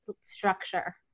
structure